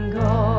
go